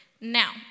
Now